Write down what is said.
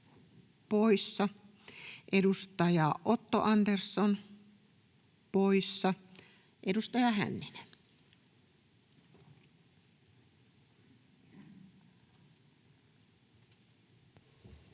poissa, edustaja Otto Andersson poissa. — Edustaja Hänninen.